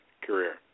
career